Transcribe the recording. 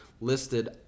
listed